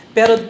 Pero